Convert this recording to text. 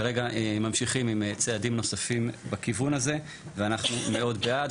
כרגע ממשיכים עם צעדים נוספים בכיוון הזה ואנחנו מאוד בעד,